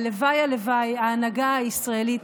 והלוואי הלוואי ההנהגה הישראלית,